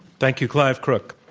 thank you, clive crook.